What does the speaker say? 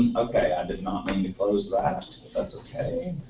and okay, i did not mean to close that, that's okay.